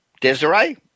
Desiree